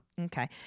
Okay